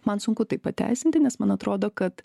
man sunku tai pateisinti nes man atrodo kad